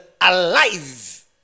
alive